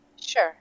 Sure